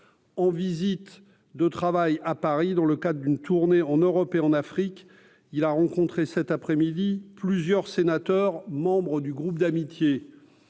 en visite de travail à Paris dans le cadre d'une tournée en Europe et en Afrique, il a rencontré cet après-midi, plusieurs sénateurs, membres du groupe d'amitié,